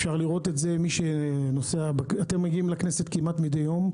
אתם מגיעים לכנסת כמעט מידי יום,